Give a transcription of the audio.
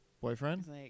Boyfriend